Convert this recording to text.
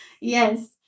Yes